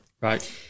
right